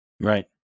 right